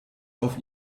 auf